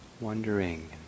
wondering